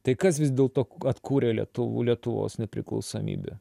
tai kas vis dėlto atkūrė lietu lietuvos nepriklausomybę